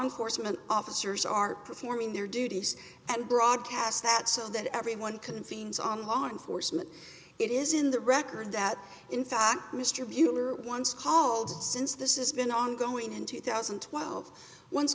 enforcement officers are performing their duties and broadcast that so that everyone can things on law enforcement it is in the record that in fact mr buehler once called since this is been ongoing in two thousand and twelve once